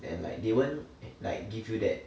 and like they won't like give you that